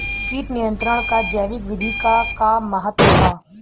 कीट नियंत्रण क जैविक विधि क का महत्व ह?